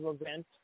event